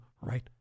right